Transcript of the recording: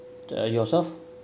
uh yourself